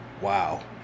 Wow